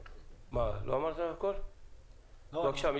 בבקשה.